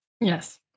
Yes